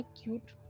cute